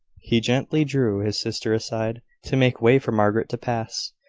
he gently drew his sister aside, to make way for margaret to pass.